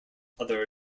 other